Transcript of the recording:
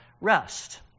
rest